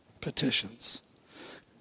petitions